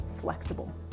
flexible